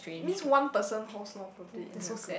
means one person host lor probably in their group